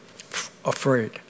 afraid